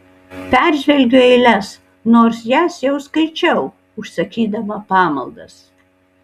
peržvelgiu eiles nors jas jau skaičiau užsakydama pamaldas